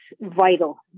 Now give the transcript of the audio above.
vital